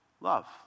love